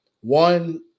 one